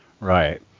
right